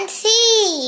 see